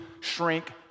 shrink